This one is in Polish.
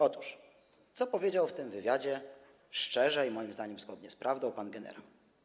Otóż co powiedział w tym wywiadzie - szczerze i moim zdaniem zgodnie z prawdą - pan generał?